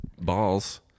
balls